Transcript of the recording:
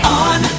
on